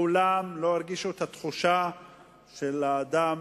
מעולם לא הרגישו את התחושה של האדם